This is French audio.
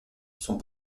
sont